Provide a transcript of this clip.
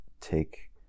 take